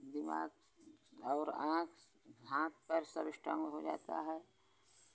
दिमाग और आँख हाथ पैर सब स्ट्रॉंग हो जाता है